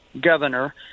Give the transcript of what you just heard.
governor